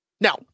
Now